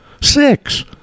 Six